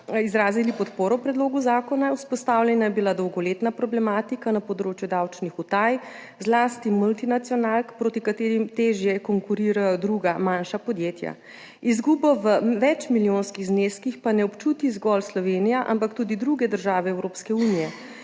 izrazili podporo predlogu zakona. Vzpostavljena je bila dolgoletna problematika na področju davčnih utaj, zlasti multinacionalk, proti katerim težje konkurirajo druga manjša podjetja. Izgube v večmilijonskih zneskih pa ne občuti zgolj Slovenija, ampak tudi druge države Evropske unije.